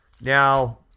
Now